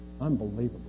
Unbelievable